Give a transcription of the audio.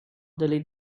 delete